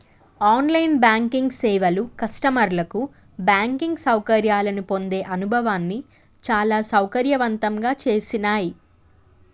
on line banking సేవలు కస్టమర్లకు banking సౌకర్యాలను పొందే అనుభవాన్ని చాలా సౌకర్యవంతంగా చేసినాయ్